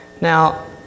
Now